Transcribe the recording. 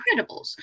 Incredibles